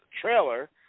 trailer